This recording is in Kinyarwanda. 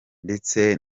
ndetse